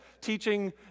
teaching